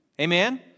Amen